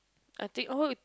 I think oh